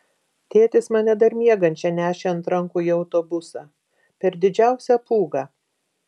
tėtis mane dar miegančią nešė ant rankų į autobusą per didžiausią pūgą